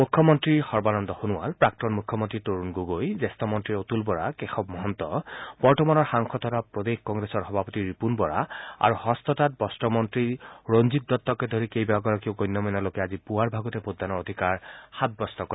মুখ্যমন্ত্ৰী সৰ্বানন্দ সোণোৱাল প্ৰাক্তন মুখ্যমন্ত্ৰী তৰুণ গগৈ জ্যেষ্ঠ মন্ত্ৰী অতুল বৰা কেশৱ মহন্ত বৰ্তমানৰ সাংসদ তথা প্ৰদেশ কংগ্ৰেছৰ সভাপতি ৰিপূণ বৰা আৰু হস্ততাঁত বস্ত্ৰ মন্ত্ৰী ৰঞ্জিত দত্তকে ধৰি কেইবাগৰাকীও গণ্য মান্য লোকে আজি পুৱাৰ ভাগতে ভোটদানৰ অধিকাৰ সাব্যস্ত কৰে